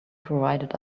provided